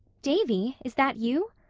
davy, is that you?